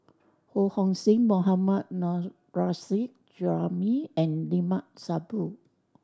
Ho Hong Sing Mohammad Nurrasyid Juraimi and Limat Sabtu